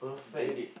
date